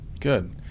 Good